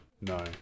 No